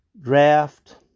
draft